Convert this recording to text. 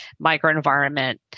microenvironment